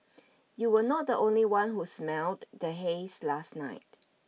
you were not the only one who smelled the haze last night